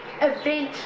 event